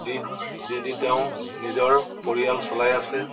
দি দি দি তেওঁ নিজৰ পৰিয়াল চলাই আছে